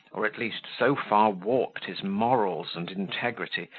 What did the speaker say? or at least so far warped his morals and integrity,